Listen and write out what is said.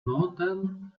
northern